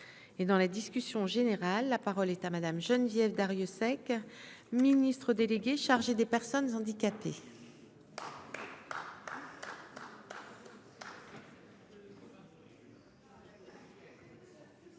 et dans la discussion générale, la parole est à Madame Geneviève Darrieussecq, ministre déléguée chargée des personnes handicapées. Madame